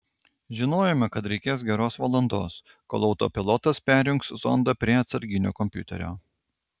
žinojome kad reikės geros valandos kol autopilotas perjungs zondą prie atsarginio kompiuterio